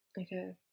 Okay